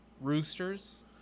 Roosters